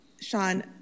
Sean